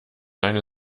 eine